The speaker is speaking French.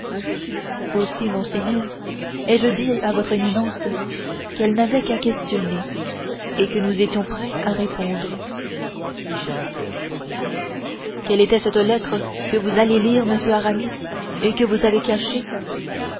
aussi monseigneur ai-je dit à votre éminence qu'elle n'avait qu'à questionner et que nous étions prêts à répondre quelle était cette lettre que vous alliez lire monsieur aramis et que vous avez cachée